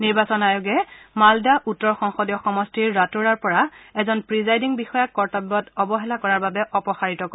নিৰ্বাচন আয়োগে মালডা উত্তৰ সংসদীয় সমষ্টিৰ ৰাটোৱাৰ পৰা এজন প্ৰিজাইডিং বিষয়াক কৰ্তব্যত অৱহেলা কৰাৰ বাবে অপসাৰিত কৰে